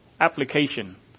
application